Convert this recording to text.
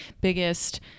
biggest